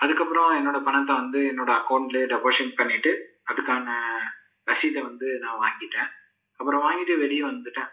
அதுக்கப்புறம் என்னோட பணத்தை வந்து என்னோட அக்கௌண்ட்டிலே டெப்பாசிட் பண்ணிவிட்டு அதுக்கான ரசீதை வந்து நான் வாங்கிவிட்டேன் அப்புறம் வாங்கிவிட்டு வெளியே வந்துவிட்டேன்